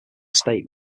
state